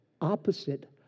opposite